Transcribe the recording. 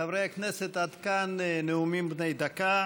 חברי הכנסת, עד כאן נאומים בני דקה.